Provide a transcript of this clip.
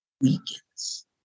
weakens